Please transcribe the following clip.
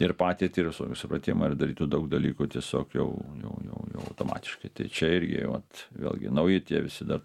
ir patirtį ir su supratimą ir darytų daug dalykų tiesiog jau jau jau automatiškai tai čia irgi vat vėlgi nauji tie visi dar